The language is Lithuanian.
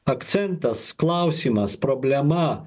akcentas klausimas problema